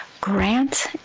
Grant